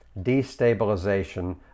destabilization